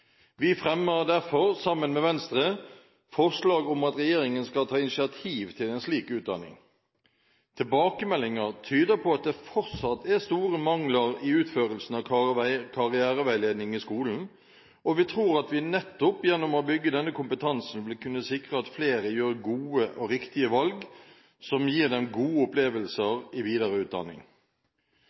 Vi fremmer derfor, sammen med Venstre, forslag om at regjeringen skal ta initiativ til en slik utdanning. Tilbakemeldinger tyder på at det fortsatt et store mangler i utførelsen av karriereveiledning i skolen, og vi tror at vi nettopp gjennom å bygge denne kompetansen vil kunne sikre at flere gjør gode og riktige valg, som gir dem gode opplevelser i videre utdanning.